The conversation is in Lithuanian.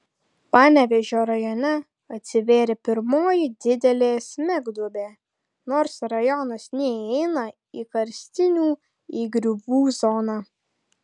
panevėžio rajone atsivėrė pirmoji didelė smegduobė nors rajonas neįeina į karstinių įgriuvų zoną